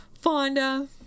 Fonda